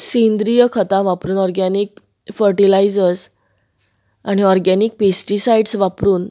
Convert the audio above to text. सिंद्रिय खतां वापरून organic fertilisers आनी ऑर्गेनीक पॅस्टीसायडस वापरून